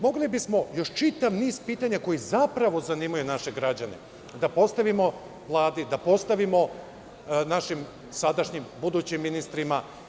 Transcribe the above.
Mogli bismo još čitav niz pitanja, koja zapravo zanimaju naše građane, da postavimo Vladi, da postavimo našim sadašnjim, budućim ministrima.